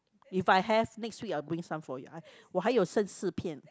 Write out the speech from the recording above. if I have next week I'll bring some for you I 我还有剩四片